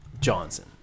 Johnson